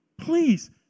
Please